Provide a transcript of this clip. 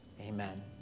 Amen